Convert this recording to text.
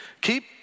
Keep